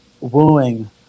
wooing